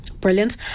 Brilliant